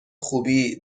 خوبی